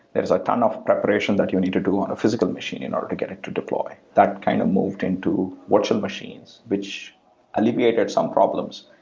there's a ton of preparations that you need to do on a physical machine and or to get it to deploy. that kind of moved into virtual machines, which alleviated some problems,